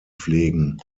pflegen